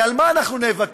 כי על מה אנחנו נאבקים?